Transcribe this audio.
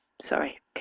Sorry